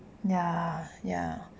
ya ya